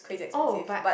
oh but